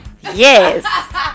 Yes